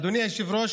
אדוני היושב-ראש,